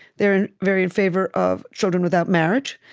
they are very in favor of children without marriage.